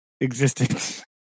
existence